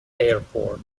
airport